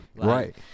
Right